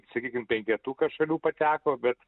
sakykim penketuką šalių pateko bet